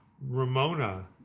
Ramona